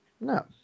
No